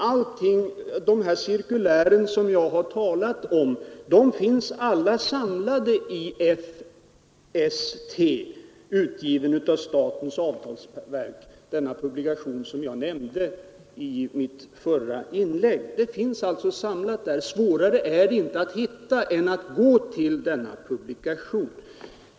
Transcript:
Alla de cirkulär som jag har talat om finns samlade i FST, utgiven av statens avtalsverk, dvs. en av de publikationer som jag nämnde i mitt svar. Det är inte svårare att hitta än att man går till denna publikation.